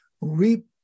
reap